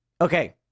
okay